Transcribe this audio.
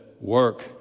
work